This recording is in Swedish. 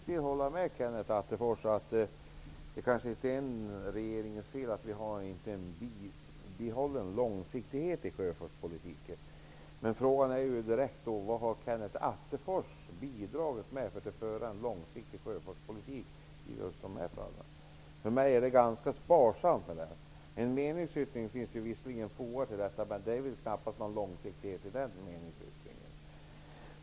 Herr talman! Jag kan till viss del hålla med Kenneth Attefors att det kanske inte är regeringens fel att det inte finns en bibehållen långsiktighet i sjöfartspolitiken. Men vad har Kenneth Attefors bidragit med för att föra en långsiktig sjöfartspolitik? För mig framstår det som ganska litet. Ett särskilt yttrande är visserligen fogat till betänkandet, men det är inte mycket till långsiktighet i det särskilda yttrandet.